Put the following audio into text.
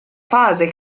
fase